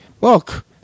look